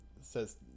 says